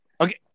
Okay